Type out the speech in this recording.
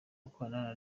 gukorana